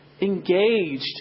engaged